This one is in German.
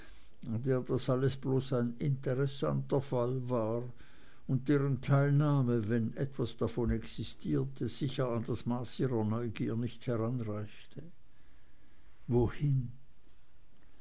der das alles bloß ein interessanter fall war und deren teilnahme wenn etwas davon existierte sicher an das maß ihrer neugier nicht heranreichte wohin